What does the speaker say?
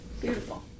Beautiful